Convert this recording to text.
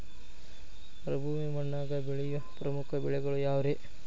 ಮರುಭೂಮಿ ಮಣ್ಣಾಗ ಬೆಳೆಯೋ ಪ್ರಮುಖ ಬೆಳೆಗಳು ಯಾವ್ರೇ?